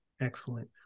Excellent